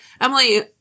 Emily